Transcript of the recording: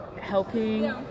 helping